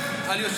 שלי.